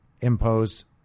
imposed